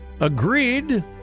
agreed